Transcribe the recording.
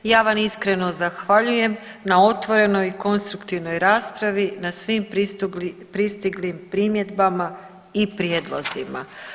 Ja vam iskreno zahvaljujem na otvorenoj i konstruktivnoj raspravi, na svim pristiglim primjedbama i prijedlozima.